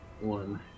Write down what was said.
One